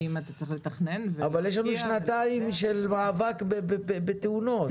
אבל יש לנו שנתיים של מאבק בתאונות,